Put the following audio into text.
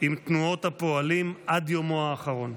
עם תנועות הפועלים עד יומו האחרון.